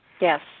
Yes